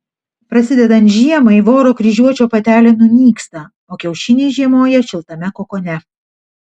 prasidedant žiemai voro kryžiuočio patelė nunyksta o kiaušiniai žiemoja šiltame kokone